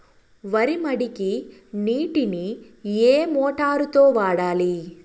వరి మడికి నీటిని ఏ మోటారు తో వాడాలి?